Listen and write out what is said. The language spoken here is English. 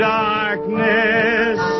darkness